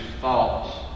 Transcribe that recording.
thoughts